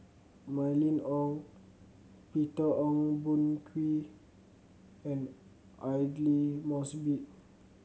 Mylene Ong Peter Ong Boon Kwee and Aidli Mosbit